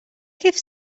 kif